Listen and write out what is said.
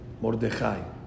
Mordechai